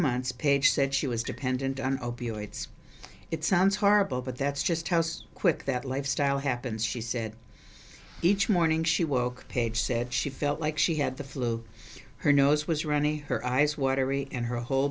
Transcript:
months paige said she was dependent on opioids it sounds horrible but that's just house quick that lifestyle happens she said each morning she woke paige said she felt like she had the flu her nose was runny her eyes watery and her whole